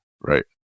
right